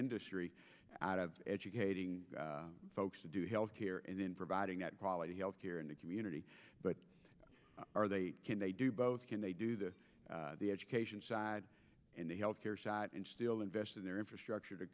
industry out of educating folks to do health care and in providing that quality health care in the community but are they can they do both can they do the the education side and the health care shot and still invest in their infrastructure to